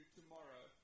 tomorrow